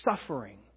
suffering